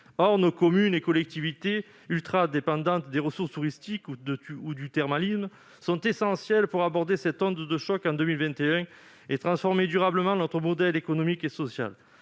Or nos communes et collectivités, extrêmement dépendantes des ressources touristiques ou du thermalisme, alors qu'elles sont essentielles pour absorber l'onde de choc de 2021 et transformer durablement notre modèle économique et social,